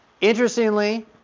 Interestingly